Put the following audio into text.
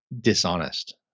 dishonest